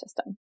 system